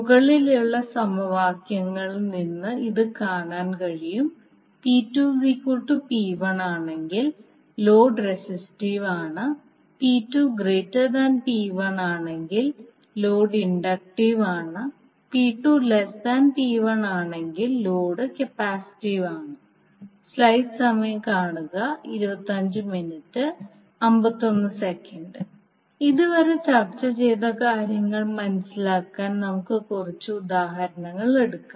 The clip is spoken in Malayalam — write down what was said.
മുകളിലുള്ള സമവാക്യങ്ങളിൽ നിന്ന് ഇത് കാണാൻ കഴിയും ആണെങ്കിൽ ലോഡ് റെസിസ്റ്റീവ് ആണ് P2 P1 ആണെങ്കിൽ ലോഡ് ഇൻഡക്റ്റീവ് ആണ് P2 P1 ആണെങ്കിൽ ലോഡ് കപ്പാസിറ്റീവ് ആണ് ഇതുവരെ ചർച്ച ചെയ്ത കാര്യങ്ങൾ മനസിലാക്കാൻ നമുക്ക് കുറച്ച് ഉദാഹരണങ്ങൾ എടുക്കാം